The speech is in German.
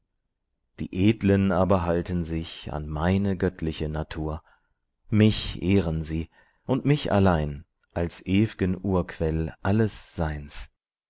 die edlen aber halten sich an meine göttliche natur mich ehren sie und mich allein als ew'gen urquell alles seins